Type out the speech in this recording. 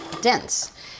dense